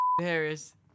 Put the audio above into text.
Harris